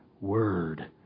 word